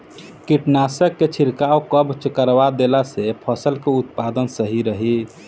कीटनाशक के छिड़काव कब करवा देला से फसल के उत्पादन सही रही?